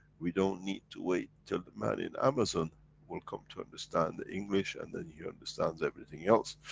we don't need to wait, till the man in amazon will come to understand the english. and then, he understands everything else.